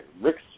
Rick's